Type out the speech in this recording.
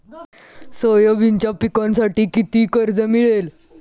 सोयाबीनच्या पिकांसाठी किती कर्ज मिळेल?